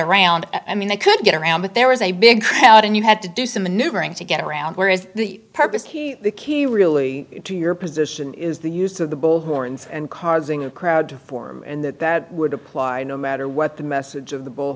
around i mean they could get around but there was a big crowd and you had to do some maneuvering to get around where is the purpose the key really to your position is the use of the bull horns and carving a crowd to form in that would apply no matter what the message of the bull